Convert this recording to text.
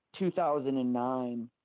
2009